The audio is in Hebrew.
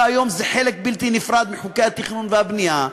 והיום זה חלק בלתי נפרד מחוקי התכנון והבנייה,